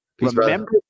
Remember